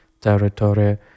territory